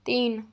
तीन